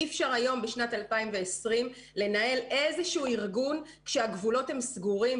אי אפשר בשנת 2020 לנהל איזה שהוא ארגון כשהגבולות הם סגורים,